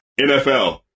NFL